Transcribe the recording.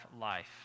life